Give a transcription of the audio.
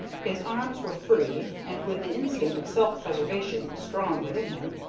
his arms were free, and, with the instinct of self-preservation strong within him,